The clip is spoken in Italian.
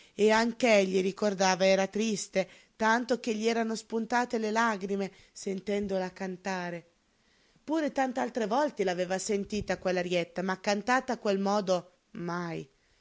e anch'egli ricordava era triste tanto che gli erano spuntate le lagrime sentendola cantare pure tant'altre volte l'aveva sentita quell'arietta ma cantata a quel modo mai